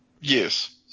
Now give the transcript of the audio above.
yes